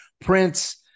Prince